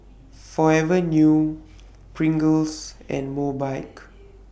Forever New Pringles and Mobike